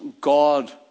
God